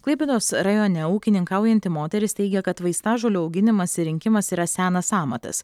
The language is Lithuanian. klaipėdos rajone ūkininkaujanti moteris teigia kad vaistažolių auginimas ir rinkimas yra senas amatas